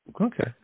Okay